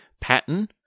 pattern